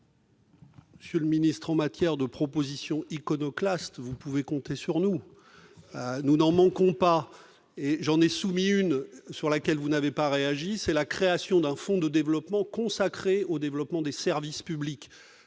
Monsieur le ministre, en matière de propositions iconoclastes, vous pouvez compter sur nous, nous n'en manquons pas et j'en ai soumis une sur laquelle vous n'avez pas réagit, c'est la création d'un fonds de développement consacré au développement des services publics,